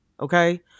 okay